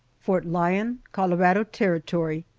fort lyon, colorado territory,